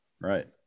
right